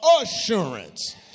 assurance